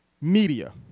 media